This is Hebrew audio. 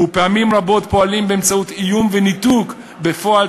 ופעמים רבות פועלים באמצעות איום וניתוק בפועל